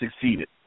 succeeded